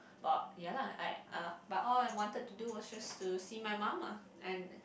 but ya lah I ah but all I wanted to do was just to see my mum ah and